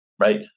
right